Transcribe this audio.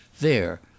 there